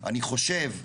אני חושב,